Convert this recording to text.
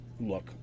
look